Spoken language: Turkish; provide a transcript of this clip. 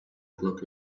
kulak